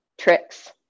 tricks